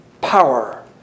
power